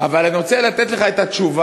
אבל אני רוצה לתת לך את הדוגמה.